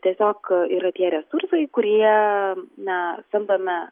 tiesiog yra tie resursai kuriee na samdome